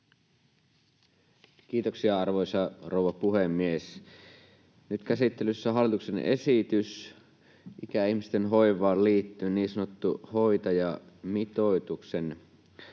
Kiitoksia, arvoisa rouva puhemies! Nyt käsittelyssä on hallituksen esitys ikäihmisten hoivaan liittyen, niin sanottu hoitajamitoituksen